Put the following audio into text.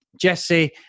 Jesse